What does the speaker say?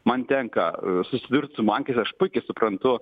man tenka susidurti su bankais aš puikiai suprantu